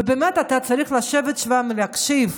ובאמת אתה צריך לשבת שם ולהקשיב,